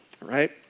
right